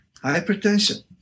hypertension